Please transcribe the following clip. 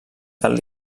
del